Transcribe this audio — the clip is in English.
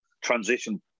transition